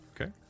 Okay